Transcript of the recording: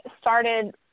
started